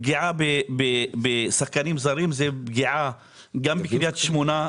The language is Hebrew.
פגיעה בשחקנים זרים זה פגיעה גם בקריית שמונה,